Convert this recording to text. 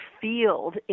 field